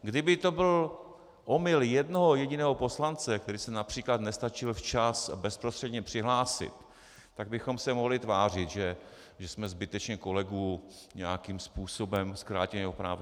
Kdyby to byl omyl jednoho jediného poslance, který se např. nestačil včas bezprostředně přihlásit, tak bychom se mohli tvářit, že jsme zbytečně kolegu nějakým způsobem zkrátili na jeho právech.